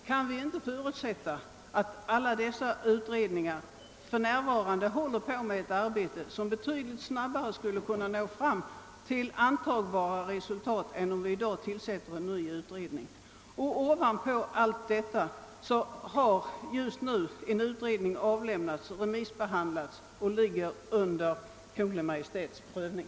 Kan vi inte förutsätta att alla dessa utredningar för närvarande håller på med ett arbete som betydligt snabbare kan leda fram till antagbara resultat än om vi i dag tillsätter en ny utredning? Till allt detta kommer att en utredning nyligen avlämnat sitt betänkande, vilket har remissbehandlats och nu ligger under Kungl. Maj:ts prövning.